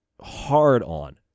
hard-on